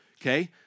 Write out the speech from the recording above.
okay